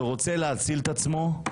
שרוצה להציל את עצמו.